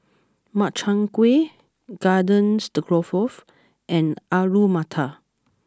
Makchang Gui Garden Stroganoff and Alu Matar